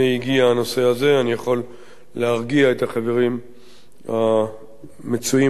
להרגיע את החברים המצויים עדיין באולם